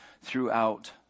throughout